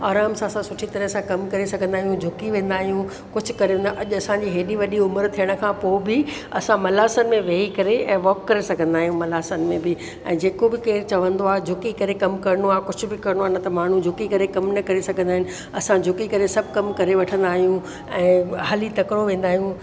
आराम सां असां सुठी तरह सां कमु करे सघंदा आहियूं झुकी वेंदा आहियूं कुझु करे न अॼु असांजी हेॾी वॾी उमिरि थियण खां पोइ बि असां मलासन में वेही करे ऐं वॉक करे सघंदा आहियूं मलासन में बि ऐं जेको बि केरु चवंदो आहे झूकी करे कमु करिणो आहे कुझ बि करिणो आहे न त माण्हू झुकी करे कम न करे सघंदा आहिनि असां झुकी करे सभु कम करे वठंदा आहियूं ऐं हली तकिड़ो वेंदा आहियूं